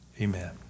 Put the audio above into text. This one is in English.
Amen